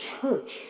church